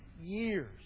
years